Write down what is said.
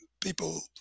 people